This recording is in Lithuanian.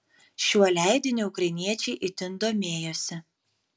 šiuo leidiniu ukrainiečiai itin domėjosi